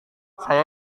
saya